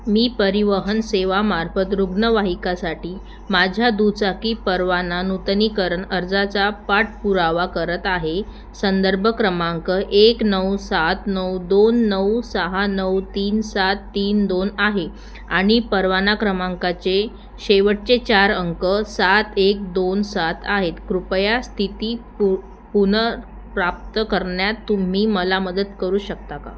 मी परिवहन सेवामार्फत रुग्णवाहिकासाठी माझ्या दुचाकी परवाना नूतनीकरण अर्जाचा पाठपुरावा करत आहे संदर्भ क्रमांक एक नऊ सात नऊ दोन नऊ सहा नऊ तीन सात तीन दोन आहे आणि परवाना क्रमांकाचे शेवटचे चार अंक सात एक दोन सात आहेत कृपया स्थिती पुनर्प्राप्त करण्यात तुम्ही मला मदत करू शकता का